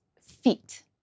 feet